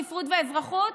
ספרות ואזרחות?